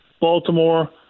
Baltimore